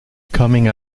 coming